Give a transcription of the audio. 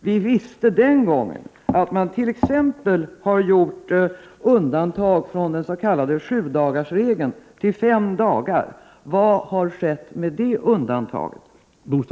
Vi visste den gången att man t.ex. har gjort undantag från den s.k. sjudagarsregeln till fem dagar — vad har skett med det undantaget?